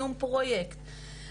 סיום פרויקט,